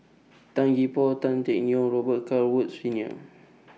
Tan Gee Paw Tan Teck Neo Robet Carr Woods Senior